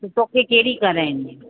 त तोखे कहिड़ी कराइणी आहे